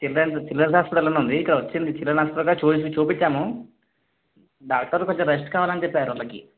children's childrens హాస్పిటల్లని ఉంది children hospital చూపించి చూపించాము డాక్టర్ కొంచెం రెస్ట్ కావాలని చెప్పారు వాళ్ళకి